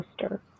sister